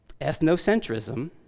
Ethnocentrism